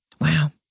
Wow